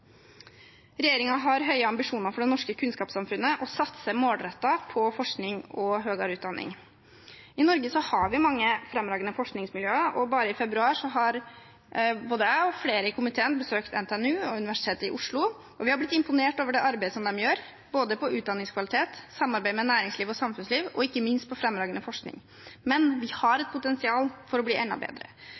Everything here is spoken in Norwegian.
har høye ambisjoner for det norske kunnskapssamfunnet og satser målrettet på forskning og høyere utdanning. I Norge har vi mange fremragende forskningsmiljøer. Bare i februar har både jeg og flere i komiteen besøkt NTNU og Universitetet i Oslo, og vi har blitt imponert over arbeidet de gjør, når det gjelder både utdanningskvalitet, samarbeid med næringsliv og samfunnsliv, og ikke minst fremragende forskning. Men vi har potensial for å bli enda bedre.